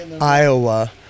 iowa